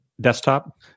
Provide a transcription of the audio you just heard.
desktop